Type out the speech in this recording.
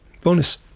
bonus